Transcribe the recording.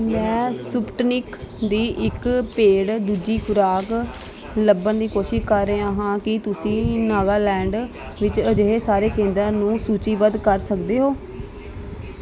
ਮੈਂ ਸਪੁਟਨਿਕ ਦੀ ਇੱਕ ਪੇਡ ਦੂਜੀ ਖੁਰਾਕ ਲੱਭਣ ਦੀ ਕੋਸ਼ਿਸ਼ ਕਰ ਰਿਹਾ ਹਾਂ ਕੀ ਤੁਸੀਂ ਨਾਗਾਲੈਂਡ ਵਿੱਚ ਅਜਿਹੇ ਸਾਰੇ ਕੇਂਦਰਾਂ ਨੂੰ ਸੂਚੀਬੱਧ ਕਰ ਸਕਦੇ ਹੋ